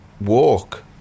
walk